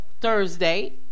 Thursday